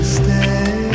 stay